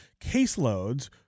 caseloads